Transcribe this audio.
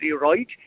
right